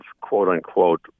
quote-unquote